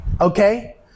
okay